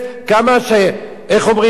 איך אומרים,